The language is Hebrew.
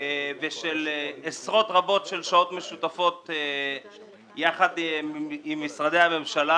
ושל עשרות רבות של שעות משותפות יחד עם משרדי הממשלה,